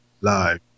live